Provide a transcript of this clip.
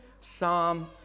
Psalm